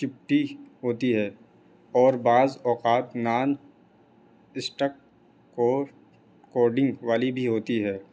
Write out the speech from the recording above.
چپٹی ہوتی ہے اور بعض اوقات نان اسٹک کو کوڈنگ والی بھی ہوتی ہے